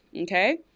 Okay